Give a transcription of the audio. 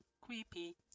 Creepy